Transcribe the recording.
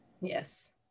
yes